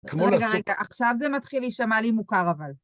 רגע, רגע, עכשיו זה מתחיל להישמע לי מוכר, אבל...